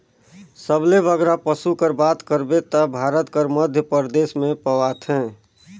सबले बगरा पसु कर बात करबे ता भारत कर मध्यपरदेस में पवाथें